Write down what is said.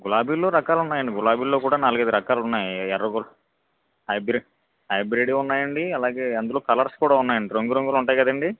గులాబీల్లో రకాలున్నాయండి గులాబీల్లో కూడా నాలుగైదు రకాలున్నాయి ఎర్ర గు హైబ్రిడ్ హైబ్రిడ్ ఉన్నాయండి అలాగే అందులో కలర్స్ కూడా ఉన్నాయండి రంగురంగులు ఉంటాయి కదండి